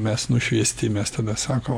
mes nušviesti mes tada sako